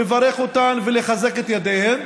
לברך אותן ולחזק את ידיהן,